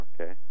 Okay